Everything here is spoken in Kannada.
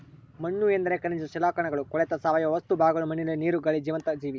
ಮಣ್ಣುಎಂದರೆ ಖನಿಜ ಶಿಲಾಕಣಗಳು ಕೊಳೆತ ಸಾವಯವ ವಸ್ತು ಭಾಗಗಳು ಮಣ್ಣಿನ ನೀರು, ಗಾಳಿ ಜೀವಂತ ಜೀವಿ